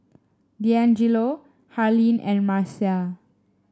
Deangelo Harlene and Marcia